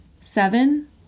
Seven